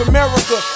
America